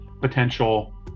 potential